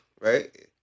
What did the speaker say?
right